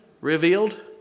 revealed